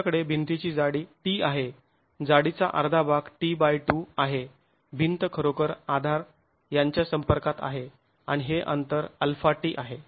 आमच्याकडे भिंतीची जाडी t आहे जाडी चा अर्धा भाग t2 आहे भिंत खरोखर आधार यांच्या संपर्कात आहे आणि हे अंतर αt आहे